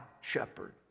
shepherd